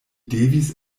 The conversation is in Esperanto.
devis